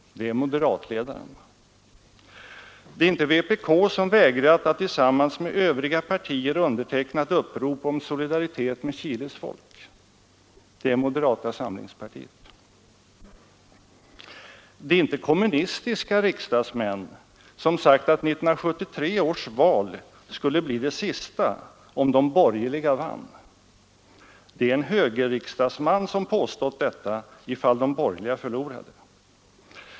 Det är moderatledaren. Det är inte vpk som vägrat att tillsammans med övriga partier underteckna ett upprop om solidaritet med Chiles folk. Det är moderata samlingspartiet. Det är inte kommunistiska riksdagsmän som sagt att 1973 års val skulle bli det sista, om de borgerliga vann. Det är en högerriksdagsman som påstått detta, ifall de borgerliga förlorade.